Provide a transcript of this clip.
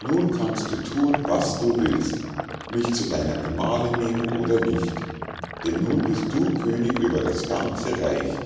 nun kannst du thun was du willst mich zu deiner gemahlinn nehmen oder nicht denn nun bist du könig über das ganze reich